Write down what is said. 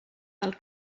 del